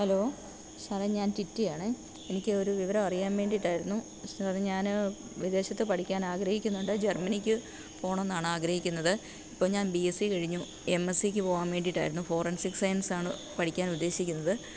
hello സാറെ ഞാന് റ്റിറ്റിയാണേ എനിക്ക് ഒരു വിവരം അറിയാന് വേണ്ടിയിട്ടായിരുന്നു സാര് ഞാന് വിദേശത്ത് പഠിക്കാനാഗ്രഹിക്കുന്നുണ്ട് ജര്മ്മനിക്ക് പോകണമെന്നാണാഗ്രഹിക്കുന്നത് ഇപ്പോള് ഞാന് ബി എസ് സി കഴിഞ്ഞു എം എസ് സിക്ക് പോവാന് വേണ്ടിയിട്ടായിരുന്നു ഫോറന്സിക് സയന്സാണ് പഠിക്കാനുദേശിക്കുന്നത്